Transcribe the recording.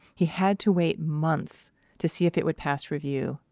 he had to wait months to see if it would pass review.